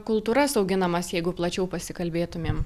kultūras auginamas jeigu plačiau pasikalbėtumėm